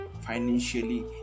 financially